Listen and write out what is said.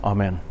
Amen